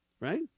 Right